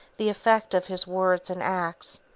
the effect of his words and acts,